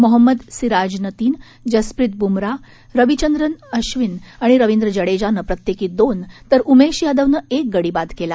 मोहम्मद सिराजनं तीन जसप्रित बुमराह रविचंद्रन अबिन आणि रविंद्र जडेजानं प्रत्येकी दोन तर उमेश यादवनं एक गडी बाद केला